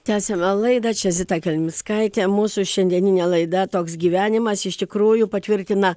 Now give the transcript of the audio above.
tęsiame laidą čia zita kelmickaitė mūsų šiandieninė laida toks gyvenimas iš tikrųjų patvirtina